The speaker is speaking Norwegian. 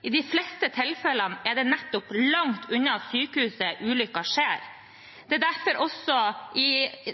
I de fleste tilfellene er det nettopp langt unna sykehuset ulykker skjer. Det er også